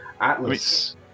Atlas